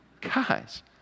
Guys